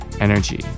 energy